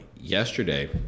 yesterday